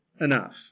enough